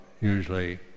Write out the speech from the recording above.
usually